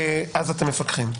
אז אתם מפקחים.